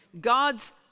God's